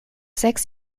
sechs